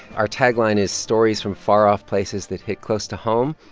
our tagline is, stories from far-off places that hit close to home.